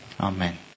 Amen